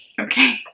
Okay